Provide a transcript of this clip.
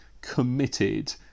committed